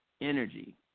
energy